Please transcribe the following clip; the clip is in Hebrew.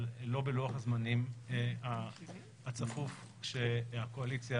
אבל לא בלוח הזמנים הצפוף שהקואליציה